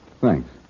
Thanks